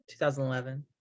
2011